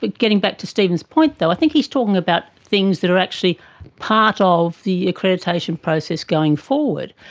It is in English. but getting back to stephen's point though, i think he is talking about things that are actually part of the accreditation process going forward.